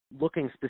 looking